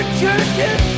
churches